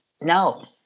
no